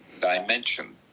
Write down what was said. dimension